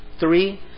Three